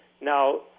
Now